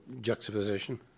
juxtaposition